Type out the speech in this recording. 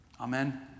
Amen